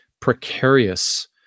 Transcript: precarious